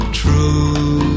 true